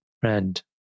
friend